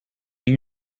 you